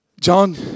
John